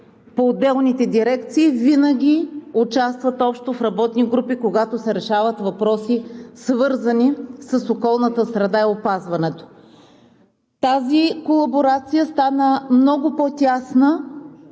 по отделните дирекции, винаги участват общо в работни групи, когато се решават въпроси, свързани с околната среда и опазването. Тази колаборация стана много по-тясна